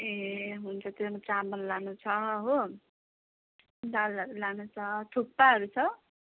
ए हुन्छ त्यसो भए चामल लानु छ हो दालहरू लानु छ थुक्पाहरू छ